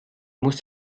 musst